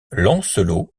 lancelot